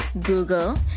Google